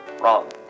wrong